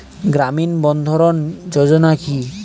গ্রামীণ বন্ধরন যোজনা কি?